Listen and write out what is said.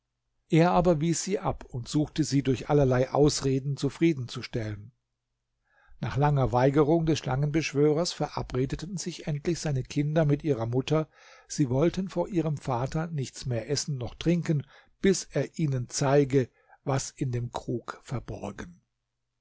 er aber wies sie ab und suchte sie durch allerlei ausreden zufriedenzustellen nach langer weigerung des schlangenbeschwörers verabredeten sich endlich seine kinder mit ihrer mutter sie wollten vor ihrem vater nichts mehr essen noch trinken bis er ihnen zeige was in dem krug verborgen